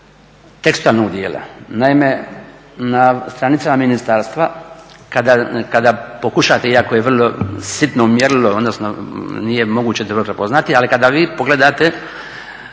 tekstualnog dijela, naime na stranicama ministarstva kada pokušate, iako je vrlo sitno mjerilo, odnosno nije moguće … prepoznati, ali kada vi pogledate